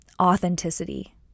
authenticity